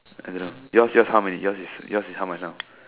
I don't know yours yours how many yours is yours is how much now